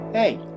Hey